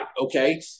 Okay